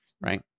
Right